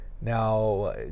Now